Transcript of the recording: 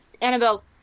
Annabelle